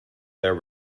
their